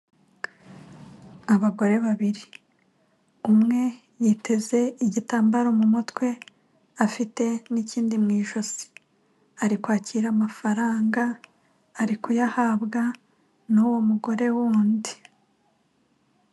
Abagore babiri umwe yiteze igitambaro mu mutwe afite n'ikindi mu ijosi, ari kwakira amafaranga arikuyahabwa n'uwo mugore wundi.